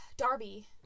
Darby